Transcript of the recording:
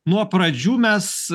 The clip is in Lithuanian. nuo pradžių mes